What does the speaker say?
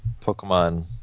Pokemon